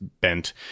bent